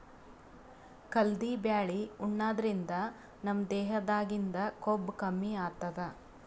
ಕಲ್ದಿ ಬ್ಯಾಳಿ ಉಣಾದ್ರಿನ್ದ ನಮ್ ದೇಹದಾಗಿಂದ್ ಕೊಬ್ಬ ಕಮ್ಮಿ ಆತದ್